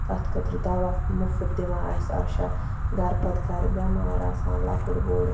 تَتھ خٲطرٕ دَوا مُفُت دِوان اَسہِ آشیا گَرٕ پَتہٕ گَرٕ بیٚمار آسان لۄکُٹ بوٚڑ